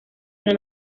una